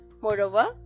Moreover